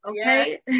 okay